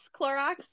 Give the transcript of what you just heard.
Clorox